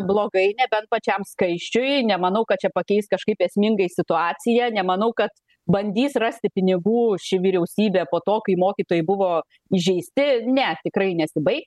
blogai nebent pačiam skaisčiui nemanau kad čia pakeis kažkaip esmingai situaciją nemanau kad bandys rasti pinigų ši vyriausybė po to kai mokytojai buvo įžeisti ne tikrai nesibai